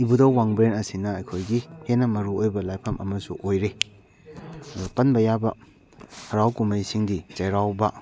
ꯏꯕꯨꯗꯧ ꯋꯥꯡꯕ꯭ꯔꯦꯟ ꯑꯁꯤꯅ ꯑꯩꯈꯣꯏꯒꯤ ꯍꯦꯟꯅ ꯃꯔꯨ ꯑꯣꯏꯕ ꯂꯥꯏꯐꯝ ꯑꯃꯁꯨ ꯑꯣꯏꯔꯤ ꯑꯗꯨ ꯄꯟꯕ ꯌꯥꯕ ꯍꯔꯥꯎ ꯀꯨꯝꯍꯩꯁꯤꯡꯗꯤ ꯆꯩꯔꯥꯎꯕ